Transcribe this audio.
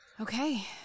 Okay